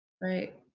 Right